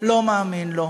לא מאמין לו.